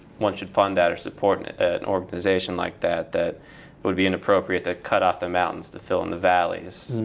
one should fund that, or support an organization like that. that it would be inappropriate to cut off the mountains to fill in the valleys.